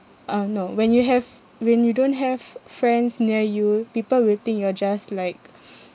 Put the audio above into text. uh no when you have when you don't have friends near you people will think you are just like